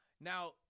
Now